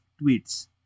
tweets